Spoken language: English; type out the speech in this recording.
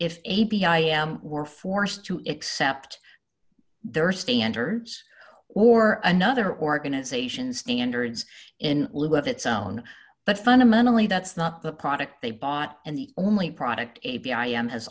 if a p i am were forced to accept their standards or another organization standards in lieu of its own but fundamentally that's not the product they bought and the only product a b i am has